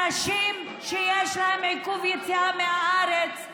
אנשים שיש להם עיכוב יציאה מהארץ,